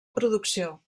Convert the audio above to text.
producció